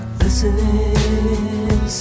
listening